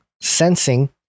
sensing